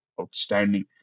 outstanding